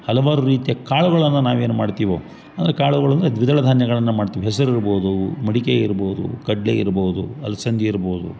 ಹಲವಾರು ರೀತಿಯ ಕಾಳುಗಳನ್ನ ನಾವೇನು ಮಾಡ್ತಿವೋ ಅಂದ್ರೆ ಕಾಳುಗಳಂದ್ರೆ ದ್ವಿದಳ ಧಾನ್ಯಗಳನ್ನ ಮಾಡ್ತೀವಿ ಹೆಸ್ರು ಇರ್ಬೋದು ಮಡಿಕೆ ಇರ್ಬೋದು ಕಡಲೆ ಇರ್ಬೋದು ಅಲ್ಸಂದಿ ಇರ್ಬೋದು